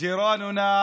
שכנינו,